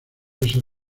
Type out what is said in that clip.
esa